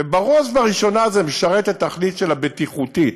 ובראש ובראשונה זה משרת את התכלית הבטיחותית,